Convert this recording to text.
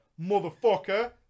Motherfucker